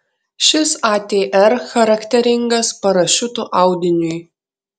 šis atr charakteringas parašiutų audiniui